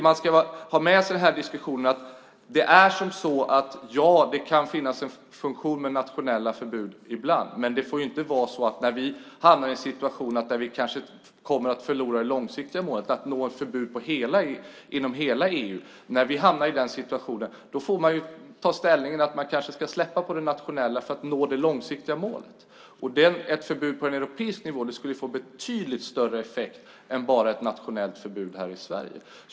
Man ska i denna diskussion vara medveten om att ja, det kan ibland finnas en funktion med att ha nationella förbud, men vi får inte hamna i den situationen att vi förlorar det långsiktiga målet som är att få till ett förbud i hela EU. Om vi hamnar i den situationen får vi kanske släppa på det nationella förbudet för att nå det långsiktiga målet. Ett förbud på europeisk nivå skulle få betydligt större effekt än ett nationellt svenskt förbud.